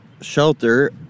shelter